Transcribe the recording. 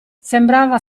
sembrava